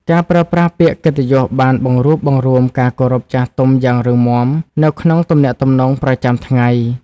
ការប្រើប្រាស់ពាក្យកិត្តិយសបានបង្រួបបង្រួមការគោរពចាស់ទុំយ៉ាងរឹងមាំទៅក្នុងទំនាក់ទំនងប្រចាំថ្ងៃ។